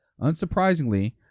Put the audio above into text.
Unsurprisingly